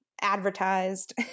advertised